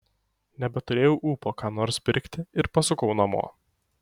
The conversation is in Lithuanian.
nebeturėjau ūpo ką nors pirkti ir pasukau namo